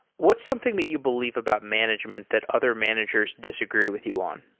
what's something that you believe about management that other managers disagree with you on?